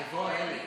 ביציע, פה, אלי.